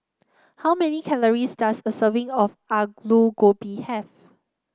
how many calories does a serving of Alu Gobi have